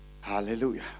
hallelujah